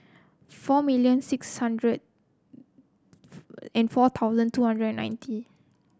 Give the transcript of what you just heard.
four million six hundred and four thousand two hundred and ninety